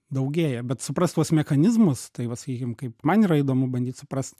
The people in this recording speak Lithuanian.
daugėja bet suprast tuos mechanizmus tai va sakykim kaip man yra įdomu bandyt suprast